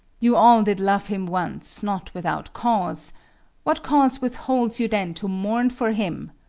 you all did love him once, not without cause what cause withholds you then to mourn for him?